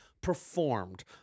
performed